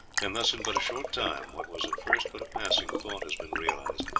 and thus in but a short time what was at first but a passing thought has been realized.